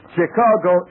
Chicago